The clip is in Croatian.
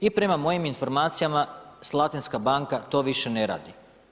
I prema mojim informacijama Slatinska banka to više ne radi.